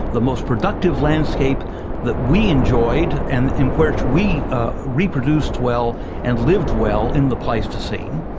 the most productive landscape that we enjoyed and and where we ah reproduced well and lived well in the pleistocene,